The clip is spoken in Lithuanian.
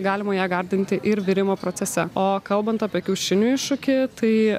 galima ją gardinti ir virimo procese o kalbant apie kiaušinių iššūkį tai